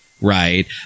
Right